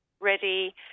ready